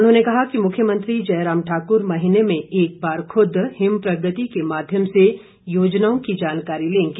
उन्होंने कहा कि मुख्यमंत्री जयराम ठाकुर महीने में एक बार खुद हिम प्रगति के माध्यम से योजनाओं की जानकारी लेंगे